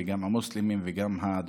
גם המוסלמים,